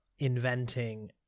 Inventing